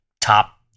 top